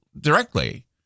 directly